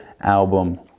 album